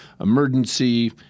emergency